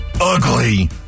ugly